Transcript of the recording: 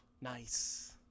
Nice